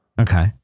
Okay